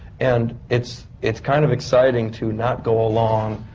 and it's. it's kind of exciting to not go along,